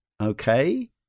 okay